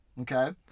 Okay